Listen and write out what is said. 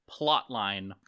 plotline